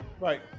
Right